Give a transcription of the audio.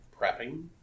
prepping